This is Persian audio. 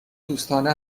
دوستانه